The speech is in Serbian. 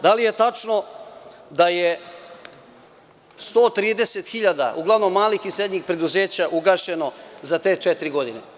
Da li je tačno da je 130 hiljada uglavnom malih i srednjih preduzeća ugašeno za te četiri godine?